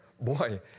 boy